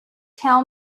tell